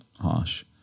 harsh